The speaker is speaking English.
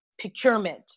Procurement